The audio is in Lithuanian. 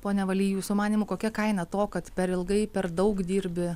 pone valy jūsų manymu kokia kaina to kad per ilgai per daug dirbi